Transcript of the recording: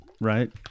right